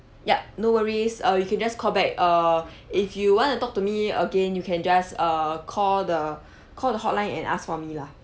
yup no worries uh you can just call back err if you want to talk to me again you can just err call the call the hotline and ask for me lah